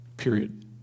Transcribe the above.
period